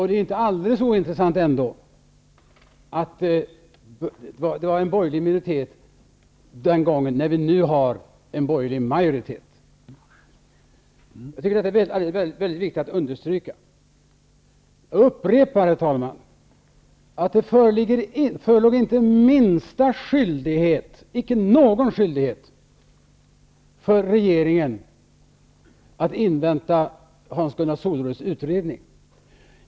Det är inte alldeles ointressant att det fanns en borgerlig minoritet den gången, när vi nu har en borgerlig majoritet. Jag tycker att det är mycket viktigt att understryka det. Herr talman! Jag upprepar att det inte förelåg den minsta skyldighet för regeringen att invänta Hans Gunnar Soleruds utredning.